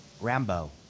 Rambo